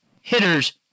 hitters